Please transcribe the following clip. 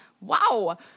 Wow